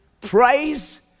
Praise